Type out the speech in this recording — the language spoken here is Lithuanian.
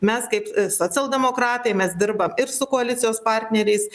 mes kaip socialdemokratai mes dirbam ir su koalicijos partneriais